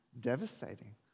devastating